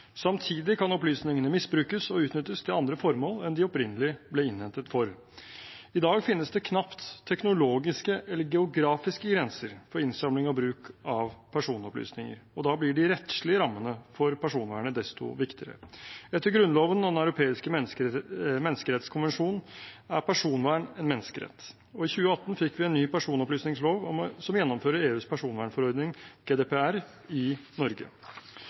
Samtidig kan opplysningene misbrukes og utnyttes til andre formål enn de opprinnelig ble innhentet for. I dag finnes det knapt teknologiske eller geografiske grenser for innsamling og bruk av personopplysninger, og da blir de rettslige rammene for personvernet desto viktigere. Etter Grunnloven og Den europeiske menneskerettskonvensjon er personvern en menneskerett. I 2018 fikk vi en ny personopplysningslov som gjennomfører EUs personvernforordning, GDPR, i Norge.